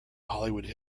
hollywood